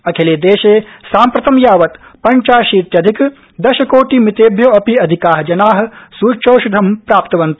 अखिले देशे साम्प्रतं यावत पञ्चाशीत्यधिक दशकोटिमितेभ्यो अपि अधिका जना सुच्यौषधं प्राप्तवन्त